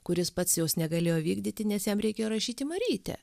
kuris pats jos negalėjo vykdyti nes jam reikėjo rašyti marytę